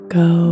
go